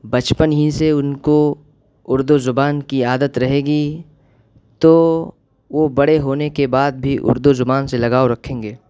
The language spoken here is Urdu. بچپن ہی سے ان کو اردو زبان کی عادت رہے گی تو وہ بڑے ہونے کے بعد بھی اردو زبان سے لگاؤ رکھیں گے